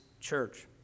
church